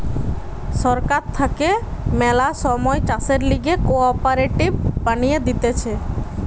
সরকার থাকে ম্যালা সময় চাষের লিগে কোঅপারেটিভ বানিয়ে দিতেছে